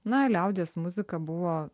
na liaudies muzika buvo